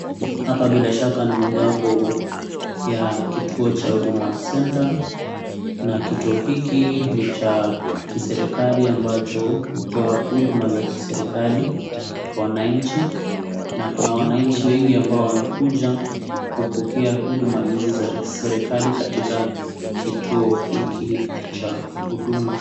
Hapa bila shaka ni mojawapo ya kituo cha huduma center ,na kituo hiki ni cha kiserikali ambacho hutoa huduma za kiserikali kwa wanainchi, na kuna wanainchi wengi ambao wamekuja kupokea huduma hizi za serikali katika kituo hiki cha huduma.